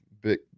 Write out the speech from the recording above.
big